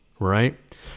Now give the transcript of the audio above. right